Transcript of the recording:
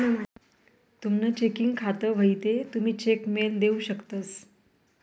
तुमनं चेकिंग खातं व्हयी ते तुमी चेक मेल देऊ शकतंस